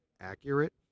accurate